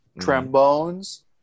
trombones